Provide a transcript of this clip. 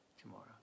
tomorrow